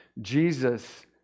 Jesus